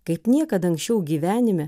kaip niekad anksčiau gyvenime